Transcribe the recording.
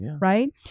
Right